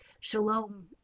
Shalom